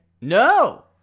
no